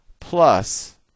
Plus